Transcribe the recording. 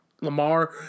Lamar